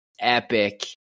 epic